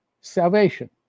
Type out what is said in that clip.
salvation